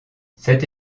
cette